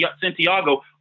Santiago